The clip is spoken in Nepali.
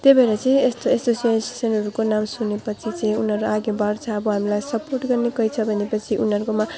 त्यही भएर चाहिँ यस्तो एसोसिएसनहरूको नाम सुनेपछि चाहिँ उनीहरू अघि बढ्छ अब हामीलाई सपोर्ट गर्ने कोही छ भनेपछि उनीहरूकोमा